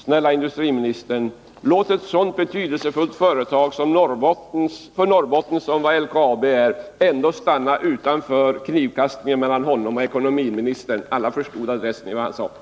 Snälla industriministern, låt ett så betydelsefullt företag för Norrbotten som LKAB är stanna utanför knivkastningen mellan er och ekonomiministern! Alla har förstått adressen i vad ni sade.